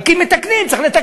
רק אם מתקנים, צריך לתקן.